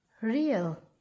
real